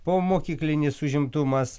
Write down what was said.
po mokyklinis užimtumas